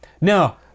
Now